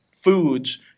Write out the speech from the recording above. foods